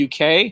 UK